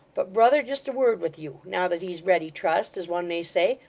but, brother, just a word with you now that he's ready trussed, as one may say,